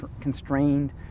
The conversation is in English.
constrained